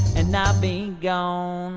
and not be gone. um